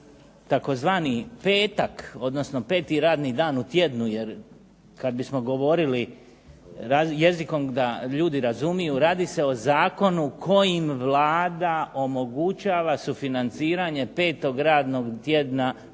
je tzv. petak, odnosno peti radni dan u tjednu jer kad bismo govorili jezikom da ljudi razumiju radi se o zakonu kojim Vlada omogućava sufinanciranje petog radnog tjedna, petog